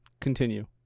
Continue